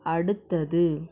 அடுத்தது